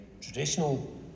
traditional